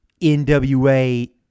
NWA